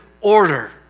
order